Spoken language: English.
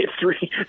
three